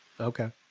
okay